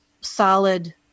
solid